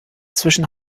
zwischen